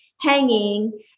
hanging